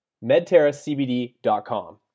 MedterraCBD.com